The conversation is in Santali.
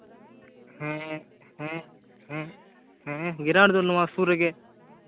ᱦᱮᱸ ᱦᱮᱸ ᱦᱮᱸ ᱦᱮᱸ ᱜᱨᱟᱣᱩᱱᱰ ᱫᱚ ᱱᱚᱣᱟ ᱥᱩᱨ ᱨᱮᱜᱮ